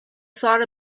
thought